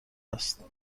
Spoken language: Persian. است